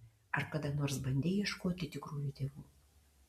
ar kada nors bandei ieškoti tikrųjų tėvų